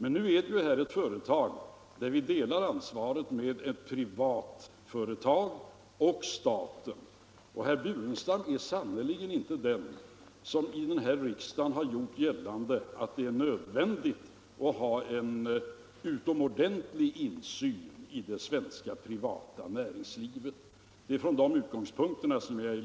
Här är det fråga om ett företag där staten delar ansvaret med ett privatföretag, och herr Burenstam Linder är sannerligen inte den som i riksdagen har gjort gällande att det är nödvändigt med insyn i svenskt privat näringsliv. Det är från de utgångspunkterna jag